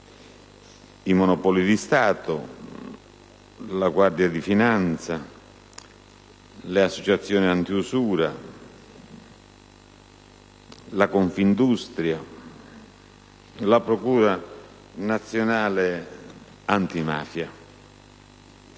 i Monopoli di Stato, la Guardia di finanza, le associazioni antiusura, la Confindustria, la procura nazionale antimafia.